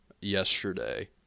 yesterday